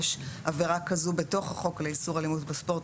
יש עבירה כזו בתוך החוק לאיסור אלימות בספורט.